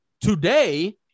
today